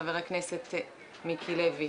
חבר הכנסת מיקי לי.